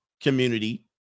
community